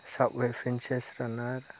साबवे princess रानार